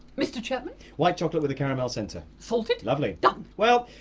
mr chapman? white chocolate with a caramel centre. salted? lovely. done. well,